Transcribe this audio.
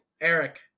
Eric